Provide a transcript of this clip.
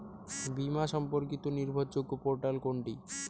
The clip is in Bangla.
বীমা সম্পর্কিত নির্ভরযোগ্য পোর্টাল কোনটি?